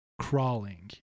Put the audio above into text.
Crawling